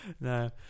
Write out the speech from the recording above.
No